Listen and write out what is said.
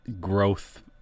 growth